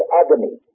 agony